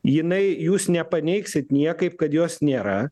jinai jūs nepaneigsit niekaip kad jos nėra